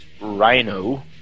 Rhino